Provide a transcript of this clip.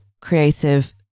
creative